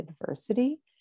adversity